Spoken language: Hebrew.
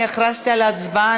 אני הכרזתי על הצבעה.